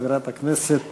חברת הכנסת